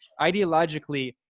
Ideologically